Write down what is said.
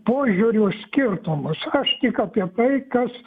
požiūrių skirtumus aš tik apie tai kas